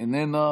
איננה,